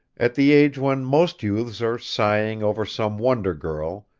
at the age when most youths are sighing over some wonder girl,